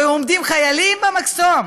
ועומדים חיילים במחסום.